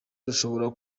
rushobora